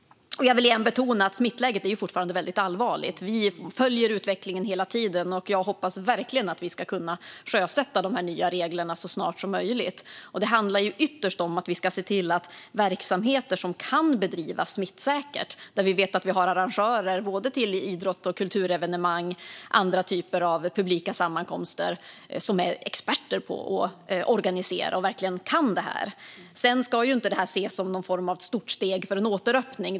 Jag vill återigen betona att smittläget fortfarande är väldigt allvarligt. Vi följer utvecklingen hela tiden, och jag hoppas verkligen att vi ska kunna sjösätta de nya reglerna så snart som möjligt. Det handlar ytterst om verksamheter som kan bedrivas smittsäkert, där vi vet att vi har arrangörer av både idrotts och kulturevenemang och även andra typer av publika sammankomster som är experter på att organisera och verkligen kan det här. Detta första steg ska inte ses som något stort steg mot en återöppning.